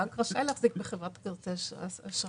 הוא שאל רק לגבי כרטיסי אשראי,